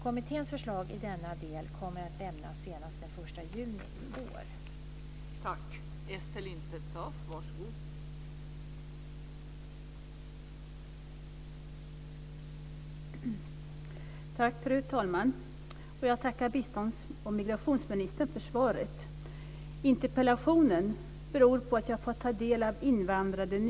Kommitténs förslag i denna del kommer att lämnas senast den 1 juni i år.